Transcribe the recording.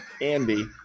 Andy